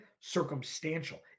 circumstantial